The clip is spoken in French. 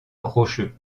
rocheux